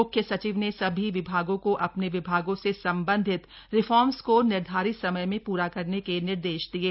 म्ख्य सचिव ने सभी विभागों को अपने विभागों से संबंधित रिफॉर्म्स को निर्धारित समय में पूरा करने के निर्देश दिये